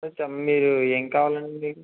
మీరు ఏమి కావాలండి మీకు